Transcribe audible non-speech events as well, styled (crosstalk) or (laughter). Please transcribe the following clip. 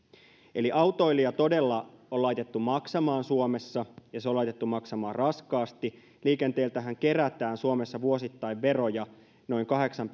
eli autoilija todella on laitettu maksamaan suomessa ja se on laitettu maksamaan raskaasti liikenteeltähän kerätään suomessa vuosittain veroja noin kahdeksan (unintelligible)